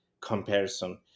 comparison